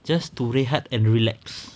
just to rehat and relax